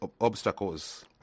obstacles